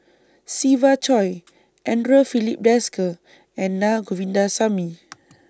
Siva Choy Andre Filipe Desker and Na Govindasamy